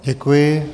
Děkuji.